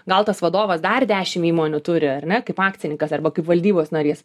gal tas vadovas dar dešim įmonių turi ar ne kaip akcininkas arba kaip valdybos narys